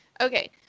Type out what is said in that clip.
Okay